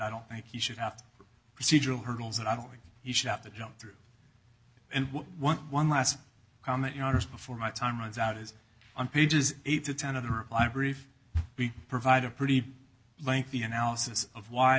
i don't think he should have procedural hurdles that i don't think he should have to jump through and one last comment you know just before my time runs out is on pages eight to ten of the library if we provide a pretty lengthy analysis of why